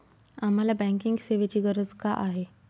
आम्हाला बँकिंग सेवेची गरज का आहे?